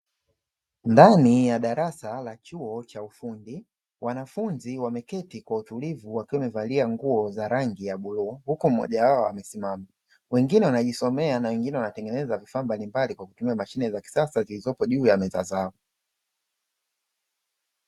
Ndani ya darasa la chuo cha ufundi, wanafunzi wameketi kwa utulivu wakiwa wamevalia nguo za rangi ya bluu huku mmoja wao amesimama, wengine wanajisomea na wengine wanatengeneza vifaa mbalimbali kwa kutumia mashine za kisasa zilizopo juu ya meza zao.